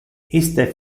iste